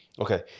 Okay